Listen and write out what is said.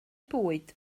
bwyd